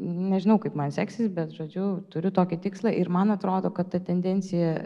nežinau kaip man seksis bet žodžiu turiu tokį tikslą ir man atrodo kad ta tendencija